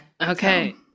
Okay